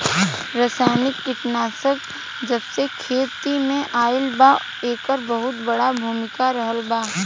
रासायनिक कीटनाशक जबसे खेती में आईल बा येकर बहुत बड़ा भूमिका रहलबा